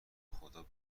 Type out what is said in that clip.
خدابه